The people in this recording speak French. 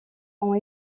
ont